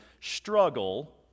struggle